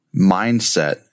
mindset